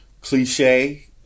cliche